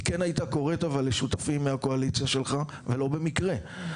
היא כן הייתה קורית לשותפים מהקואליציה שלך ולא במקרה.